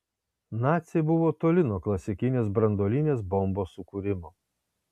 naciai buvo toli nuo klasikinės branduolinės bombos sukūrimo